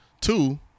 Two